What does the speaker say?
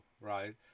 right